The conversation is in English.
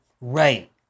right